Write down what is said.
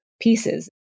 pieces